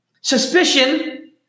suspicion